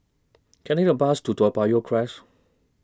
Can I Take A Bus to Toa Payoh Crest